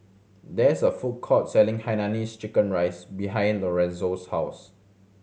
there is a food court selling Hainanese chicken rice behind Lorenzo's house